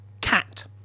cat